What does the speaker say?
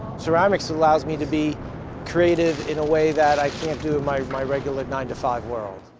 ceramics allows me to be creative in a way that i can't do in my, my regular nine to five world.